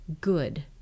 good